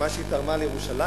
את מה שהיא תרמה לירושלים.